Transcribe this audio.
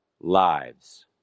lives